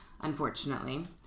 unfortunately